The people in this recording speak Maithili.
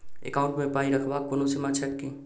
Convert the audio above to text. एकाउन्ट मे पाई रखबाक कोनो सीमा छैक की?